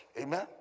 Amen